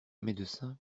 médecin